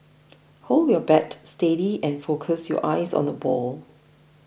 hold your bat steady and focus your eyes on the ball